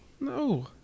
No